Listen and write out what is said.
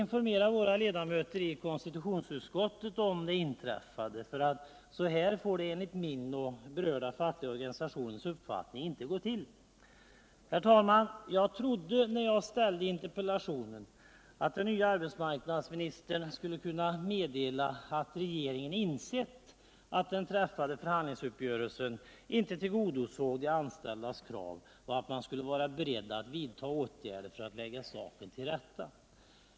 informera våra ledamöter i konstitutionsutskotter om det inträffade, för så här får det enligt min och de berörda fackliga organisationernas uppfattning inte gå till. Herr talman! Jag trodde, när jag ställde interpellationen. att den nye arbetsmarknadsministern skulle kunna meddela att regeringen insett att den träffade förhandlingsuppgörelsen inte tillgodosåg de anställdas krav och att man skulle vara beredd att vidta åtgärder för att lägga saken till rätta.